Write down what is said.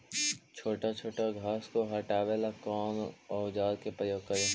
छोटा छोटा घास को हटाबे ला कौन औजार के प्रयोग करि?